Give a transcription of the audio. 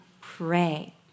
pray